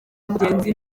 mugenzi